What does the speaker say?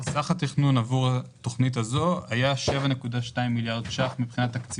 סך התכנון עבור התכנית הזאת היה 7.2 מיליארד ₪.